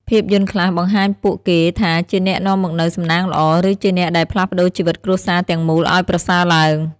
ភាពយន្តខ្លះបង្ហាញពួកគេថាជាអ្នកនាំមកនូវសំណាងល្អ ឬជាអ្នកដែលផ្លាស់ប្ដូរជីវិតគ្រួសារទាំងមូលឲ្យប្រសើរឡើង។